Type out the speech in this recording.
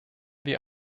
wir